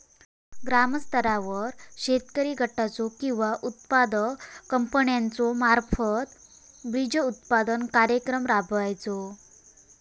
ग्रामस्तरावर शेतकरी गटाचो किंवा उत्पादक कंपन्याचो मार्फत बिजोत्पादन कार्यक्रम राबायचो?